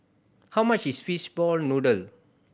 how much is fish ball noodle